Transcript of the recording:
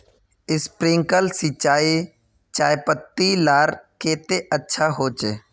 Sprinkler सिंचाई चयपत्ति लार केते अच्छा होचए?